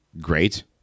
great